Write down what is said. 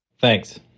Thanks